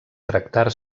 tractar